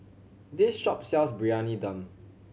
this shop sells Briyani Dum